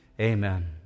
Amen